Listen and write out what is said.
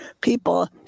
people